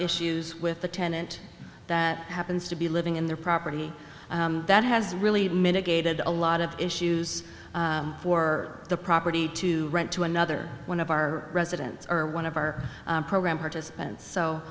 issues with the tenant that happens to be living in their property that has really mitigated a lot of issues for the property to rent to another one of our residents are one of our program participants so